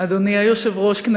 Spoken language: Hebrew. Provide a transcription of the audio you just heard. אדוני היושב-ראש,